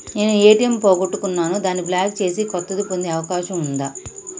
నేను ఏ.టి.ఎం పోగొట్టుకున్నాను దాన్ని బ్లాక్ చేసి కొత్తది పొందే అవకాశం ఉందా?